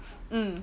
mm